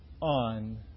on